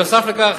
נוסף על כך,